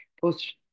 post